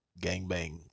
gangbang